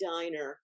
diner